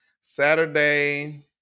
Saturday